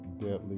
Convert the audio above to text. deadly